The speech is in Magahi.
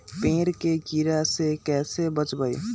पेड़ के कीड़ा से कैसे बचबई?